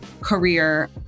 career